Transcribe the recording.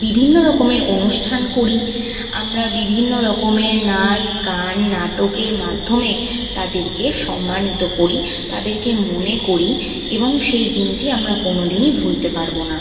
বিভিন্ন রকমের অনুষ্ঠান করি আমরা বিভিন্ন রকমের নাচ গান নাটকের মাধ্যমে তাদেরকে সম্মানিত করি তাদেরকে মনে করি এবং সেই দিনটি আমরা কোনো দিনই ভুলতে পারব না